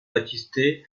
baptisé